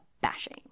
bashing